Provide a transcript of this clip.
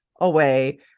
away